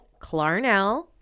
Clarnell